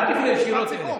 אל תפנה ישירות אליהם.